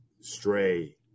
stray